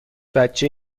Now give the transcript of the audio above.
بچه